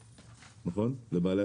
נכון?